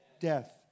death